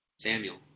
Samuel